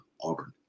Auburn